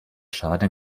schaden